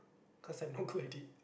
cause I'm not good at it